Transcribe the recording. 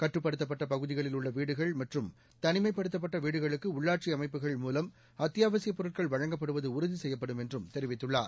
கட்டுப்படுத்தப்பட்ட பகுதிகளில் உள்ள வீடுகள் மற்றும் தனிமைப்படுத்தப்பட்ட வீடுகளுக்கு உள்ளாட்சி அமைப்புகள் மூலம் அத்தியாவசியப் பொருட்கள் வழங்கப்படுவது உறுதி செய்யப்படும் என்றும் தெரிவித்துள்ளார்